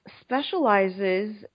specializes